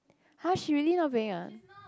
!huh! she really not going ah